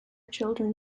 children